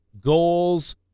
goals